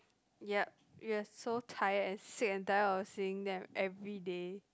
yup we're so tired and sick and tired of seeing them everyday